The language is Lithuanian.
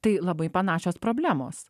tai labai panašios problemos